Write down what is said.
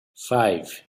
five